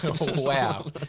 Wow